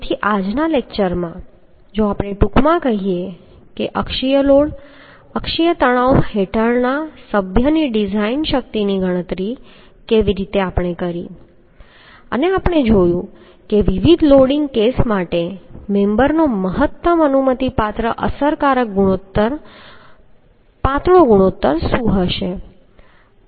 તેથી આજના લેક્ચરમાં જો આપણે ટૂંકમાં કહી શકીએ કે અક્ષીય લોડ અક્ષીય તણાવ હેઠળના સભ્યની ડિઝાઇન શક્તિની ગણતરી કેવી રીતે કરવી તે આપણે કર્યું છે અને આપણે જોયું છે કે વિવિધ લોડિંગ કેસ માટે મેમ્બરનો મહત્તમ અનુમતિપાત્ર અસરકારક પાતળો ગુણોત્તર શું હશે